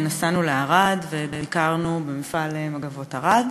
נסענו לערד וביקרנו במפעל "מגבות ערד".